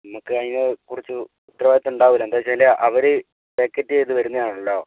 നമുക്കതിനെക്കുറിച്ച് ഉത്തരവാദിത്തം ഉണ്ടാവില്ല എന്താ വെച്ചാൽ അവർ പാക്കറ്റ് ചെയ്ത് വരുന്നതാണല്ലോ